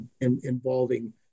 involving